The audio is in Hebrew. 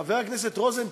חבר הכנסת רוזנטל,